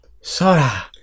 Sora